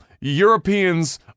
europeans